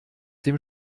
dem